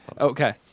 Okay